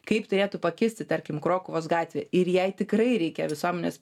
kaip turėtų pakisti tarkim krokuvos gatvė ir jai tikrai reikia visuomenės